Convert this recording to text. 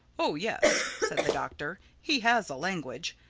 oh yes, said the doctor, he has a language.